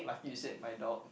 like you said my dog